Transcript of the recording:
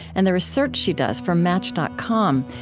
and the research she does for match dot com,